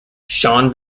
sean